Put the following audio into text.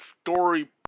story